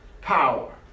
power